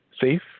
safe